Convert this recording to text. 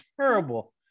terrible